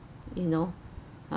you know